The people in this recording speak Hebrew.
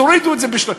תורידו את זה.